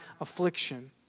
affliction